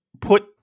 put